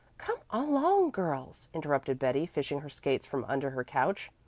come along, girls, interrupted betty, fishing her skates from under her couch,